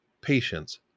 patience